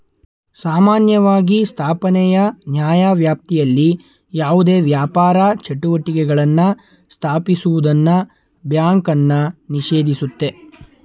ಸಾಮಾನ್ಯವಾಗಿ ಸ್ಥಾಪನೆಯ ನ್ಯಾಯವ್ಯಾಪ್ತಿಯಲ್ಲಿ ಯಾವುದೇ ವ್ಯಾಪಾರ ಚಟುವಟಿಕೆಗಳನ್ನ ಸ್ಥಾಪಿಸುವುದನ್ನ ಬ್ಯಾಂಕನ್ನ ನಿಷೇಧಿಸುತ್ತೆ